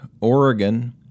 Oregon